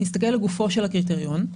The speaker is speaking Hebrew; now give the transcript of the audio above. לגופו של הקריטריון: